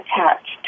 attached